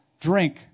drink